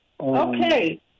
Okay